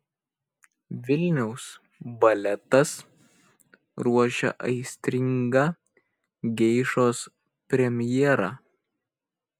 vilniaus baletas ruošia aistringą geišos premjerą